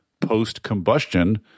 post-combustion